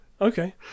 Okay